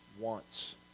wants